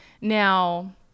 Now